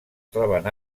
troben